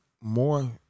more